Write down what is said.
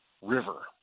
River